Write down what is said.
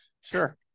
Sure